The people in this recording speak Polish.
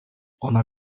ona